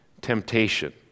temptation